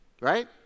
right